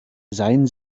seien